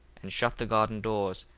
and shut the garden doors,